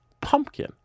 pumpkin